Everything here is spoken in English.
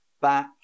back